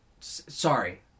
Sorry